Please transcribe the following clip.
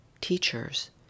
teachers